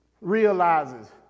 realizes